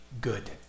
good